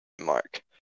mark